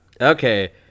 Okay